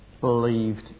Believed